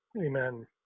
Amen